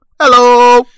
Hello